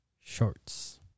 shorts